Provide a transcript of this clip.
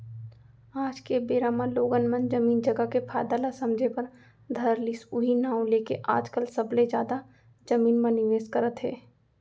आज के बेरा म लोगन मन जमीन जघा के फायदा ल समझे बर धर लिस उहीं नांव लेके आजकल सबले जादा जमीन म निवेस करत हे